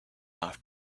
off